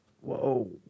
Whoa